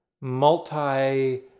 multi